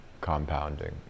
compounding